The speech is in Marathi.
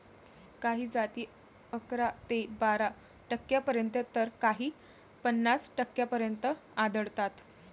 काही जाती अकरा ते बारा टक्क्यांपर्यंत तर काही पन्नास टक्क्यांपर्यंत आढळतात